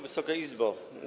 Wysoka Izbo!